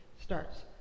starts